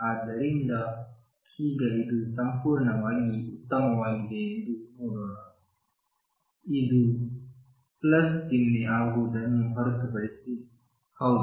ಆದ್ದರಿಂದ ಈಗ ಇದು ಸಂಪೂರ್ಣವಾಗಿ ಉತ್ತಮವಾಗಿದೆ ಎಂದು ನೋಡೋಣ ಇದು ಚಿಹ್ನೆ ಆಗುವುದನ್ನು ಹೊರತುಪಡಿಸಿ ಹೌದು